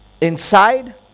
inside